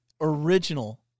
original